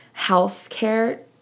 healthcare